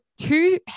two